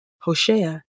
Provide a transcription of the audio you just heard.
Hoshea